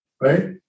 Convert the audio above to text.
Right